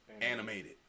animated